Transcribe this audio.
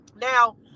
Now